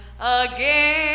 again